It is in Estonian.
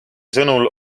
sõnul